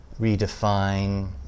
redefine